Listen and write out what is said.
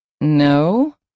No